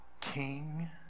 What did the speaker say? king